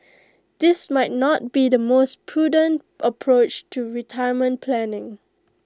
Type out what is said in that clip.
this might not be the most prudent approach to retirement planning